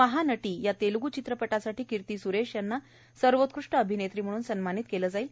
महानटी या तेलग् चित्रपटासाठी किर्ती सुरेश यांना सर्वोत्कष्ट अभिनेत्री म्हणून सन्मानित केलं जाईल